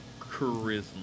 Charisma